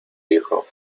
hijo